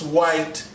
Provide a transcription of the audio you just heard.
White